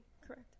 correct